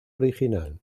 original